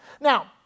Now